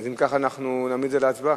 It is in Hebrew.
אם כך, אנחנו נעמיד את זה להצבעה.